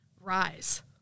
rise